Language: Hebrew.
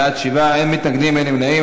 בעד, 7, אין מתנגדים, אין נמנעים.